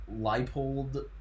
Leipold